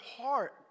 heart